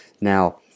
Now